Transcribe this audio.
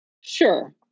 Sure